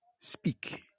Speak